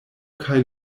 kaj